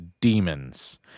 demons